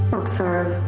observe